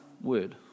word